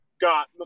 got